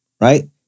Right